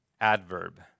adverb